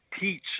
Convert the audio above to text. teach